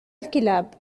الكلاب